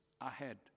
ahead